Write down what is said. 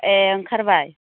ए' ओंखारबाय